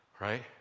right